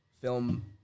film